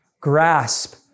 grasp